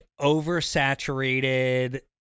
oversaturated